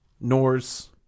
Norse